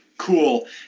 cool